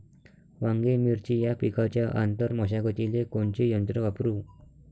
वांगे, मिरची या पिकाच्या आंतर मशागतीले कोनचे यंत्र वापरू?